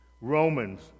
Romans